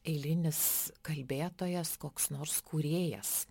eilinis kalbėtojas koks nors kūrėjas